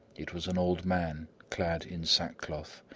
it was an old man clad in sackcloth,